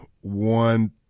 one